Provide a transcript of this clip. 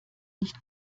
nicht